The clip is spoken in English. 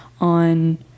on